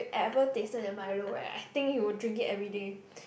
ever tasted that Milo right I think you will drink it everyday